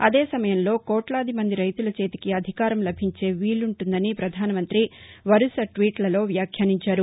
అదే సమయంలో కోట్లాది మంది రైతుల చేతికి అధికారం లభించే వీలుంటుందని ప్రధానమంతి వరుస ట్వీట్లలో వ్యాఖ్యానించారు